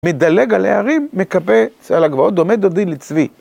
מדלג על הערים מקפץ על הגבעות, דומה דודי לצבי.